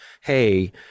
hey